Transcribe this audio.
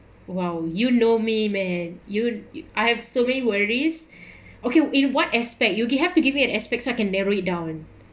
!wow! you know me man you I have so many worries okay in what aspect you you have to give me an aspect so I can narrow it down